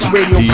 Radio